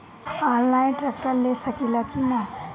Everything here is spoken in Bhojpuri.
आनलाइन ट्रैक्टर ले सकीला कि न?